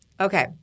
Okay